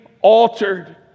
altered